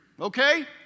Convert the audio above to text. okay